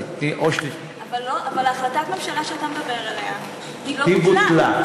אבל החלטת הממשלה שאתה מדבר עליה לא בוטלה,